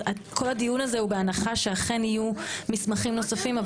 אז כל הדיון הזה הוא בהנחה שאכן יהיו מסמכים נוספים.